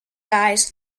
guys